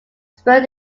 spur